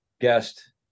guest